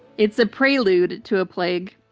it's a prelude to a plague.